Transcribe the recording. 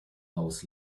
haus